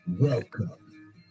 Welcome